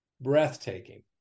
breathtaking